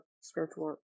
spiritual